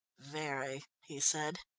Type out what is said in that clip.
very, he said.